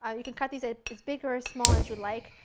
um you can cut these ah as big or as small as you like.